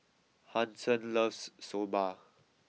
Hanson loves soba